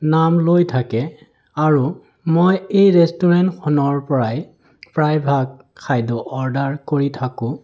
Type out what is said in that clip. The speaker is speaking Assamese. নাম লৈ থাকে আৰু মই এই ৰেষ্টুৰেণ্টখনৰ পৰাই প্ৰায়ভাগ খাদ্য অৰ্ডাৰ কৰি থাকোঁ